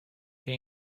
ken